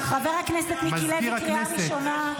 חבר הכנסת מיקי לוי, קריאה ראשונה.